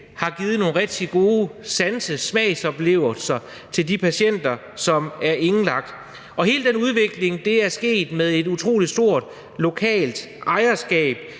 har givet nogle rigtig gode sanse- og smagsoplevelser til de patienter, som er indlagt. Hele den udvikling er sket med et utrolig stort lokalt ejerskab